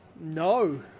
No